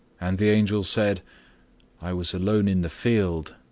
and the angel said i was alone in the field,